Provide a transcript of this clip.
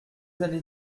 allez